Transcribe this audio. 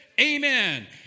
amen